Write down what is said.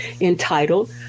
entitled